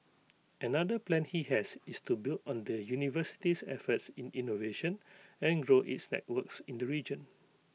another plan he has is to build on the university's efforts in innovation and grow its networks in the region